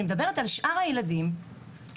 אני מדברת על השאלה איך שאר הילדים מרגישים